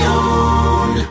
own